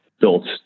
built